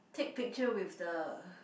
take picture with the